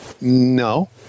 No